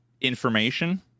information